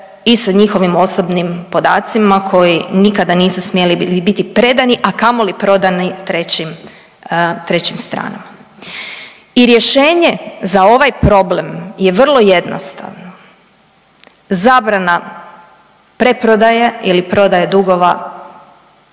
i sa njihovim osobnim podacima koji nikada nisu smjeli biti predani, a kamoli prodani trećim stranama. I rješenje za ova problem je vrlo jednostavno. Zabrana preprodaje ili prodaje dugova